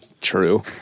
True